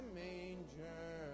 manger